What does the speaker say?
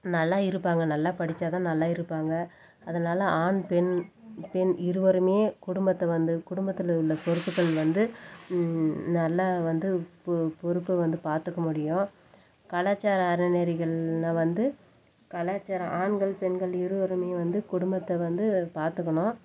நல்லா இருப்பாங்க நல்லா படித்தாதான் நல்லா இருப்பாங்க அதனால் ஆண் பெண் பெண் இருவரும் குடும்பத்தை வந்து குடும்பத்தில் உள்ள பொறுப்புகள் வந்து நல்லா வந்து பொறுப்பை வந்து பார்த்துக்க முடியும் கலாச்சாரம் அறநெறிகளில் வந்து கலாச்சாரம் ஆண்கள் பெண்கள் இருவரும் வந்து குடும்பத்தை வந்து பார்த்துக்கணும்